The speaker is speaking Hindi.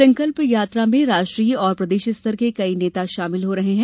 संकल्प यात्रा में राष्ट्रीय और प्रदेश स्तर के कई नेता शामिल हो रहे हैं